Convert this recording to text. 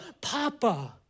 Papa